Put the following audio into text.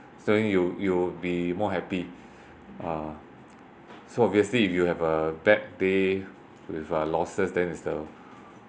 so then you you'd be more happy uh so obviously if you have a bad day with a losses then is the